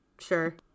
sure